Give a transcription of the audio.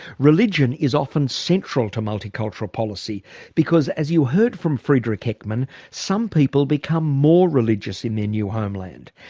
religion is often central to multicultural policy because as you heard from friedrich heckmann, some people become more religious in their new homeland.